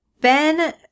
Ben